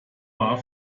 war